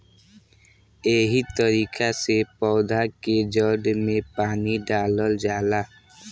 एहे तरिका से पौधा के जड़ में पानी डालल जाला